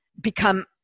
become